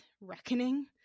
reckoning